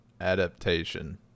adaptation